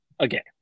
Okay